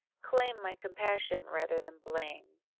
claim my compassion rather than blame.